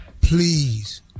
please